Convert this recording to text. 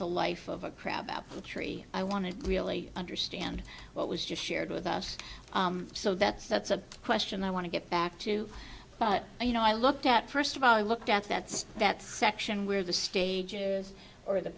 the life of a crab apple tree i want to really understand what was just shared with us so that's that's a question i want to get back to but you know i looked at first of all i looked at that's that section where the stages or the